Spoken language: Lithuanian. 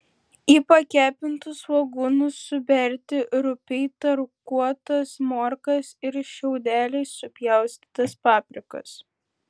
į pakepintus svogūnus suberti rupiai tarkuotas morkas ir šiaudeliais supjaustytas paprikas